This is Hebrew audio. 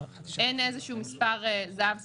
אין איזה מספר זהב ספציפי,